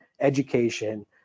education